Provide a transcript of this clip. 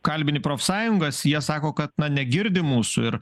kalbini profsąjungas jie sako kad na negirdi mūsų ir